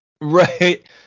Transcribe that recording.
right